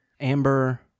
Amber